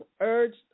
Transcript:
urged